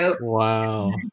Wow